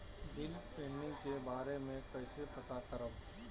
Bill pending के बारे में कईसे पता करब?